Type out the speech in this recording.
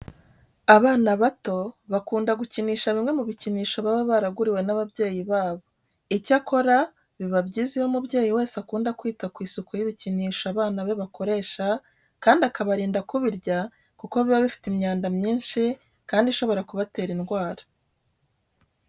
Abana bato bakunda gukinisha bimwe mu bikinisho baba baraguriwe n'ababyeyi babo. Icyakora biba byiza iyo umubyeyi wese akunda kwita ku isuku y'ibikinisho abana be bakoresha kandi akabarinda kubirya kuko biba bifite imyanda myinshi kandi ishobora kubatera indwara.